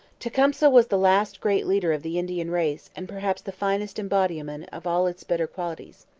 tecumseh was the last great leader of the indian race and perhaps the finest embodiment of all its better qualities.